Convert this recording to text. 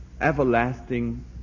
everlasting